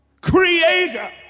Creator